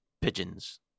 pigeons